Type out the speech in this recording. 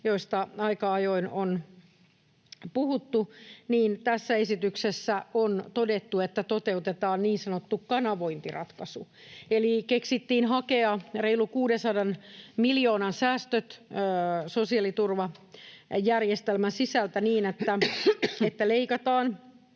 joista aika ajoin on puhuttu, niin tässä esityksessä on todettu, että toteutetaan niin sanottu kanavointiratkaisu. Eli keksittiin hakea reilu 600 miljoonan säästöt sosiaaliturvajärjestelmän sisältä niin, että leikataan